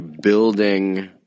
building